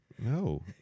No